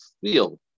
feel